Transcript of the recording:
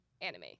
anime